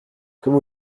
comme